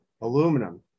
aluminum